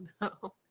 no